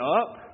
up